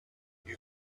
you